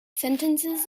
sentences